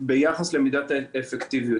ביחס למידת האפקטיביות.